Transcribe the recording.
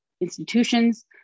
institutions